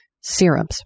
Serums